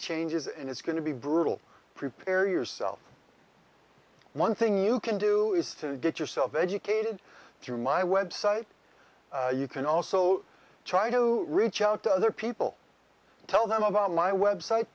changes and it's going to be brutal prepare yourself one thing you can do is to get yourself educated through my website you can also try to reach out to other people tell them about my website